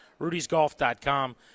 rudysgolf.com